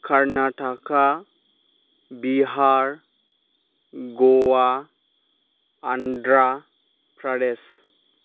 Karnataka Bihar Goa Andhra Pradesh